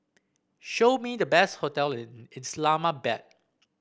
show me the best hotel in Islamabad